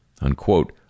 unquote